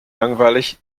langweilig